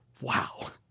Wow